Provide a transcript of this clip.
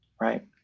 Right